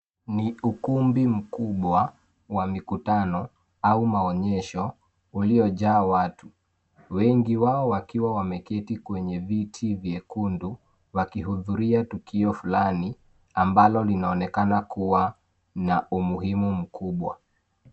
Ni ukumbi mkubwa wa mikutano au maonyesho uliojaa watu wengi wao wakiwa wameketi kwenye viti vyekundu wakihudhuria tukio fulani ambalo linaonekana kuwa na umuhimu mkubwa